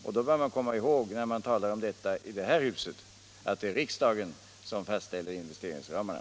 Man skall komma ihåg, när man talar om detta i det här huset, att det är riksdagen som fastställer investeringsramarna.